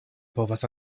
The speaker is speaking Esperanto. povas